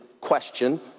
question